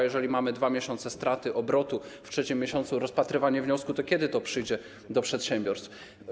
Jeżeli mamy 2 miesiące straty obrotu, w trzecim miesiącu będzie rozpatrywanie wniosku, to kiedy to przyjdzie do przedsiębiorstw?